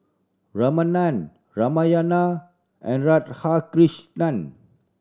Ramanand Narayana and Radhakrishnan